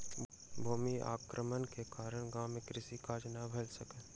भूमि अवक्रमण के कारण गाम मे कृषि कार्य नै भ सकल